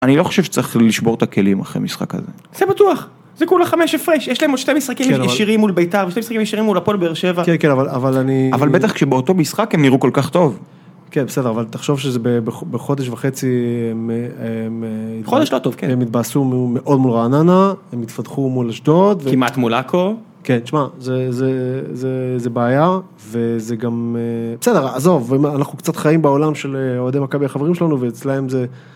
אני לא חושב שצריך לשבור את הכלים אחרי משחק הזה. זה בטוח. זה כולה חמש הפרש, יש להם עוד שתי משחקים ישירים מול ביתר, שתי משחקים ישירים מול הפועל באר שבע. כן, כן, אבל אני... אבל בטח כשבאותו משחק הם נראו כל כך טוב. כן, בסדר, אבל תחשוב שזה בחודש וחצי הם... חודש לא טוב, כן. הם התבאסו מאוד מול רעננה, הם התפתחו מול אשדוד. כמעט מול עכו. כן, תשמע, זה בעיה, וזה גם... בסדר, עזוב, אנחנו קצת חיים בעולם של אוהדי מכבי החברים שלנו, ואצלם זה...